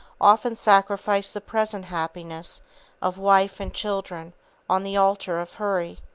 often sacrifice the present happiness of wife and children on the altar of hurry.